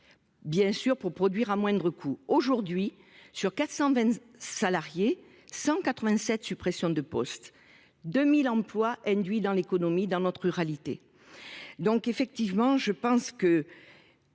Bien sûr, pour produire à moindre coût aujourd'hui sur 420 salariés, 187 suppressions de postes, 2000 emplois induits dans l'économie dans notre ruralité. Donc effectivement je pense que.